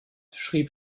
schrieb